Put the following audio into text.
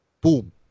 boom